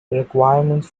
requirements